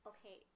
Okay